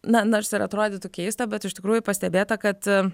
na nors ir atrodytų keista bet iš tikrųjų pastebėta kad